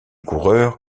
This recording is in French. coureurs